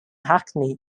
hackney